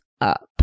up